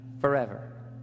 forever